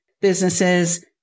businesses